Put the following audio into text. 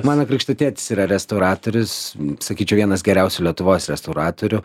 mano krikšto tėtis yra restauratorius sakyčiau vienas geriausių lietuvos restauratorių